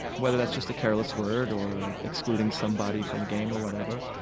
whether that's just a careless word or excluding somebody from a game or whatever,